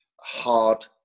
hard